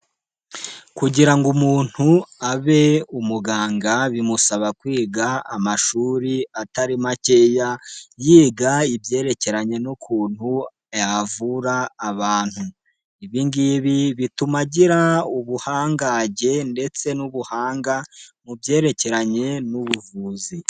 Kugira ngo umuntu abe umuganga bimusaba kwiga amashuri atari makeya yiga ibyerekeranye n'ukuntu yavura abantu. Ibi ngibi bituma agira ubuhangage ndetse n'ubuhanga mu byerekeranye n'ubuvuzi.